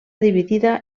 dividida